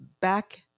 back